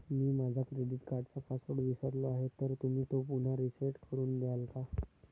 मी माझा क्रेडिट कार्डचा पासवर्ड विसरलो आहे तर तुम्ही तो पुन्हा रीसेट करून द्याल का?